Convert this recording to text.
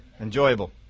enjoyable